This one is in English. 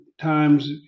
times